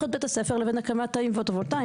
את בית הספר לבין הקמת תאים פוטו-וולטאיים,